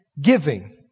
Giving